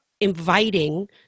inviting